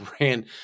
ran